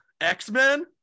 x-men